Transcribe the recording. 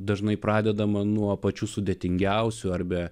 dažnai pradedama nuo pačių sudėtingiausių arbe